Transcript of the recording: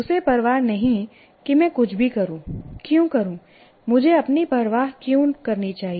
उसे परवाह नहीं कि मैं कुछ भी करूं क्यों करूं मुझे अपनी परवाह क्यों करनी चाहिए